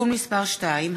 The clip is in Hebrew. (תיקון מס' 2),